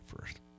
first